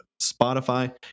Spotify